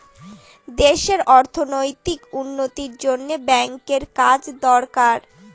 দেশে অর্থনৈতিক উন্নতির জন্য ব্যাঙ্কের কাজ দরকার